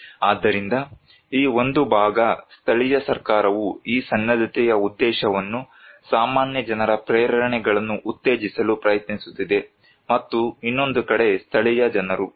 ಆದ್ದರಿಂದ ಈ ಒಂದು ಭಾಗ ಸ್ಥಳೀಯ ಸರ್ಕಾರವು ಈ ಸನ್ನದ್ಧತೆಯ ಉದ್ದೇಶವನ್ನು ಸಾಮಾನ್ಯ ಜನರ ಪ್ರೇರಣೆಗಳನ್ನು ಉತ್ತೇಜಿಸಲು ಪ್ರಯತ್ನಿಸುತ್ತಿದೆ ಮತ್ತು ಇನ್ನೊಂದು ಕಡೆ ಸ್ಥಳೀಯ ಜನರು